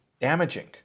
damaging